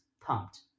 pumped